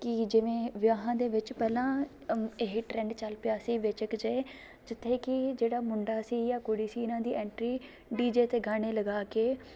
ਕਿ ਜਿਵੇਂ ਵਿਆਹਾਂ ਦੇ ਵਿੱਚ ਪਹਿਲਾਂ ਇਹ ਟ੍ਰੈਂਡ ਚੱਲ ਪਿਆ ਸੀ ਵਿੱਚ ਕੁ ਜੇ ਜਿੱਥੇ ਕਿ ਜਿਹੜਾ ਮੁੰਡਾ ਸੀ ਜਾਂ ਕੁੜੀ ਸੀ ਇਹਨਾਂ ਦੀ ਐਂਟਰੀ ਡੀ ਜੇ 'ਤੇ ਗਾਣੇ ਲਗਾ ਕੇ